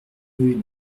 rue